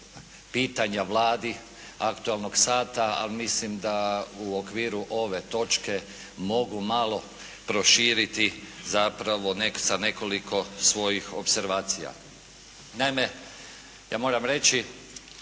pitanja Vladi aktualnog sata. Ali mislim da u okviru ove točke mogu malo proširiti zapravo sa nekoliko svojih opservacija. Naime, ja moram reći